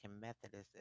Methodist